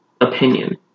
opinion